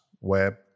web